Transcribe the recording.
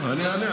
--- אני אענה.